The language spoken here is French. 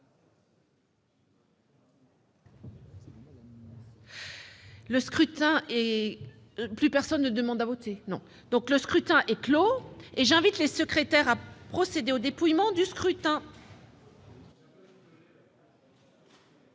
Le scrutin est clos. J'invite Mmes et MM. les secrétaires à procéder au dépouillement du scrutin.